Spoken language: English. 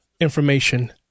information